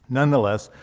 nonetheless,